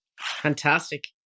Fantastic